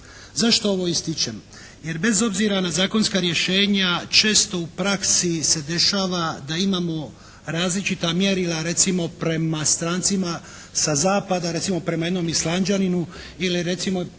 Zašto ovo ističem? Jer bez obzira na zakonska rješenja često u praksi se dešava da imamo različita mjerila recimo prema strancima sa zapada. Recimo prema jednom Islanđaninu ili recimo